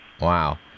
wow